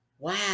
wow